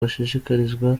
bashishikarizwa